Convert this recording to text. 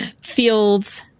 fields